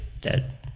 Dead